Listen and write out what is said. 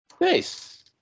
Nice